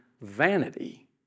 vanity